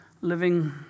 living